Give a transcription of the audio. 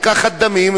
לקחת דמים,